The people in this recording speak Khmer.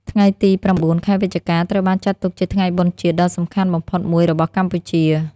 ថ្ងៃទី៩ ខែវិច្ឆិកា ត្រូវបានចាត់ទុកជាថ្ងៃបុណ្យជាតិដ៏សំខាន់បំផុតមួយរបស់កម្ពុជា។